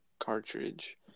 cartridge